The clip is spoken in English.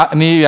ni